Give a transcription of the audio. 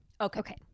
Okay